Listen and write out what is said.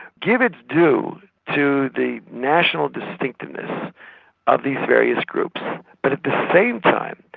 give its due to the national distinctiveness of these various groups but at the same time,